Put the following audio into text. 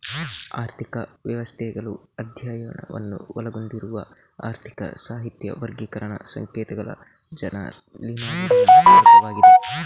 ಆರ್ಥಿಕ ವ್ಯವಸ್ಥೆಗಳು ಅಧ್ಯಯನವನ್ನು ಒಳಗೊಂಡಿರುವ ಆರ್ಥಿಕ ಸಾಹಿತ್ಯ ವರ್ಗೀಕರಣ ಸಂಕೇತಗಳ ಜರ್ನಲಿನಲ್ಲಿನ ವರ್ಗವಾಗಿದೆ